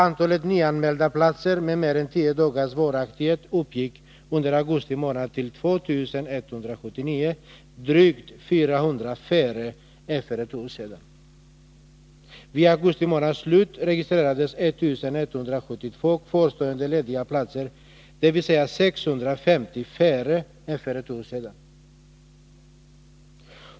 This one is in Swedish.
Antalet nya anmälda platser med mer än tio dagars varaktighet uppgick under augusti månad till 2179, drygt 400 färre än för ett år sedan. Vid augusti månads slut registrades 1172 kvarstående lediga platser, dvs. 650 färre än för ett år sedan.